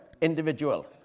individual